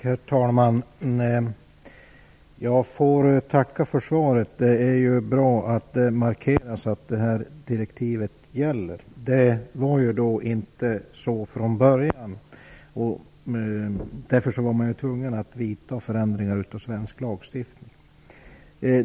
Herr talman! Jag får tacka för svaret. Det är bra att det markeras att det här direktivet gäller. Det var inte så från början, och man var därför tvungen att genomföra förändringar i svensk lagstiftning.